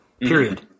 period